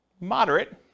Moderate